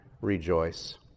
rejoice